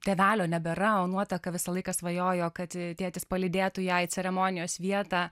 tėvelio nebėra o nuotaka visą laiką svajojo kad tėtis palydėtų ją į ceremonijos vietą